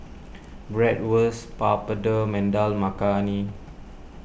Bratwurst Papadum and Dal Makhani